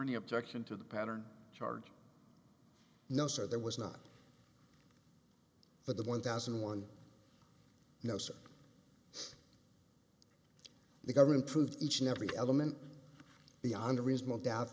any objection to the pattern charge no sir there was not but the one thousand one no sir the government proved each and every element beyond a reasonable doubt